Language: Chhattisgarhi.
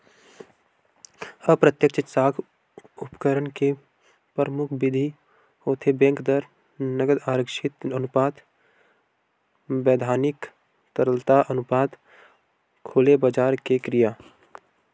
अप्रत्यक्छ साख उपकरन के परमुख बिधि होथे बेंक दर, नगद आरक्छित अनुपात, बैधानिक तरलता अनुपात, खुलेबजार के क्रिया